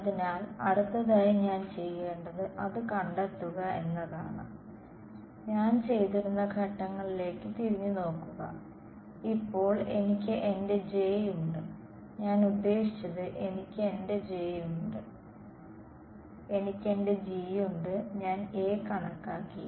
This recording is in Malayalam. അതിനാൽ അടുത്തതായി ഞാൻ ചെയ്യേണ്ടത് അത് കണ്ടെത്തുക എന്നതാണ് ഞാൻ ചെയ്തിരുന്ന ഘട്ടങ്ങളിലേക്ക് തിരിഞ്ഞുനോക്കുക ഇപ്പോൾ എനിക്ക് എന്റെ J ഉണ്ട് ഞാൻ ഉദ്യേശിച്ചത് എനിക്ക് എന്റെ J ഉണ്ട് എനിക്ക് എന്റെ G ഉണ്ട് ഞാൻ A കണക്കാക്കി